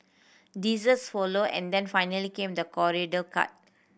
desserts followed and then finally came the cart